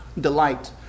delight